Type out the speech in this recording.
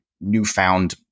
newfound